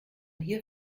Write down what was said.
hier